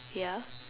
ya